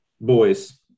Boys